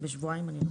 בשבועיים?